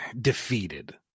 defeated